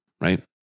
right